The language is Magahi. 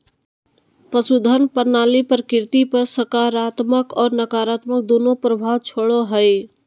पशुधन प्रणाली प्रकृति पर सकारात्मक और नकारात्मक दोनों प्रभाव छोड़ो हइ